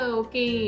okay